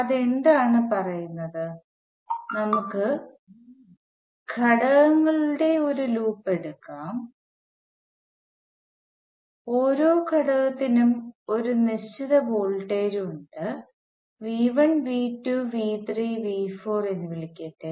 അത് എന്താണ് പറയുന്നത് നമുക്ക് ഘടകങ്ങളുടെ ഒരു ലൂപ്പ് എടുക്കാം ഓരോ ഘടകത്തിനും ഒരു നിശ്ചിത വോൾട്ടേജ് ഉണ്ട് V 1 V 2 V 3 V 4 എന്ന് വിളിക്കട്ടെ